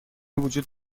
وجود